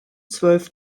zwölf